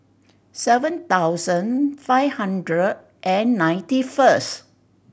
seven thousand five hundred and ninety first